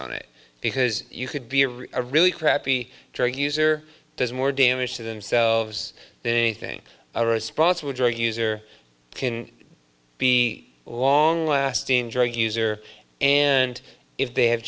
on it because you could be a really crappy drug user does more damage to themselves than anything a response would drug use or can be long lasting drug user and if they have